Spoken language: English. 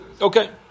Okay